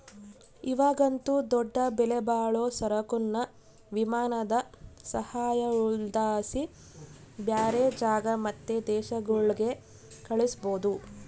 ಇವಾಗಂತೂ ದೊಡ್ಡ ಬೆಲೆಬಾಳೋ ಸರಕುನ್ನ ವಿಮಾನದ ಸಹಾಯುದ್ಲಾಸಿ ಬ್ಯಾರೆ ಜಾಗ ಮತ್ತೆ ದೇಶಗುಳ್ಗೆ ಕಳಿಸ್ಬೋದು